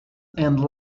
and